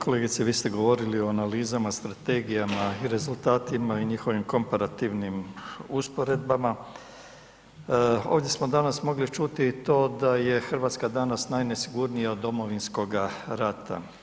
Kolegice vi ste govorili o analizama, strategijama i rezultatima i njihovim komparativnim usporedbama, ovdje smo danas mogli čuti to da je Hrvatska danas najnesigurnija od Domovinskoga rata.